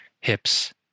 hips